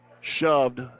shoved